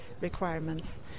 requirements